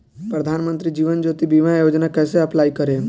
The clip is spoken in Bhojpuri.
प्रधानमंत्री जीवन ज्योति बीमा योजना कैसे अप्लाई करेम?